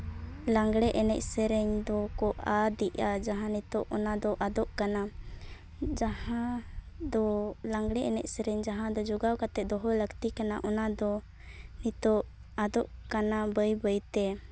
ᱞᱟᱜᱽᱲᱮ ᱮᱱᱮᱡ ᱥᱮᱨᱮᱧ ᱫᱚᱠᱚ ᱟᱫᱮᱜᱼᱟ ᱡᱟᱦᱟᱸ ᱱᱤᱛᱚᱜ ᱚᱱᱟ ᱫᱚ ᱟᱫᱚᱜ ᱠᱟᱱᱟ ᱡᱟᱦᱟᱸ ᱫᱚ ᱞᱟᱜᱽᱲᱮ ᱮᱱᱮᱡ ᱥᱮᱨᱮᱧ ᱡᱟᱦᱟᱸ ᱫᱚ ᱡᱳᱜᱟᱣ ᱠᱟᱛᱮ ᱫᱚᱦᱚ ᱞᱟᱹᱠᱛᱤ ᱠᱟᱱᱟ ᱚᱱᱟ ᱫᱚ ᱱᱤᱛᱚᱜ ᱟᱫᱚᱜ ᱠᱟᱱᱟ ᱵᱟᱹᱭ ᱵᱟᱹᱭᱛᱮ